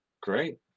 great